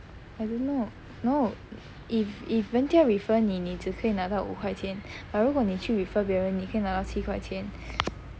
I don't know no if if 人家 refer 你只可以拿到五块钱 but 如果你去:ru guoo ni qu refer 别人你可以拿到七块钱